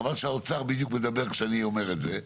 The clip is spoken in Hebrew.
חבל שהאוצר בדיוק מדבר כשאני אומר את זה,